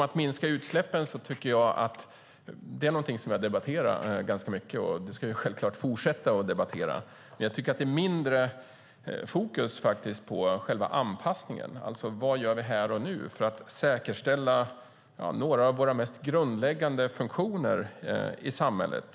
Att minska utsläppen har vi debatterat ganska mycket, och det ska vi självfallet fortsätta att göra. Men jag tycker att det är mindre fokus på själva anpassningen. Vad gör vi här och nu för att säkerställa några av våra mest grundläggande funktioner i samhället?